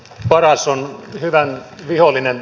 paras on hyvän vihollinen